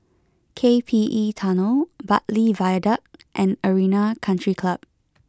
K P E Tunnel Bartley Viaduct and Arena Country Club